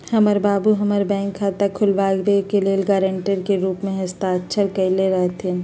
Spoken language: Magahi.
हमर बाबू हमर बैंक खता खुलाबे के लेल गरांटर के रूप में हस्ताक्षर कयले रहथिन